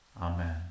Amen